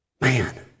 Man